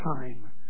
time